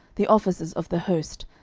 the officers of the host,